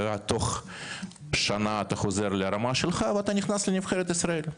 תוך שנה אתה חוזר לרמה שלך ואתה נכנס לנבחרת ישראל.